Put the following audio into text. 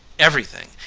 everything.